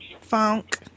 funk